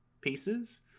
pieces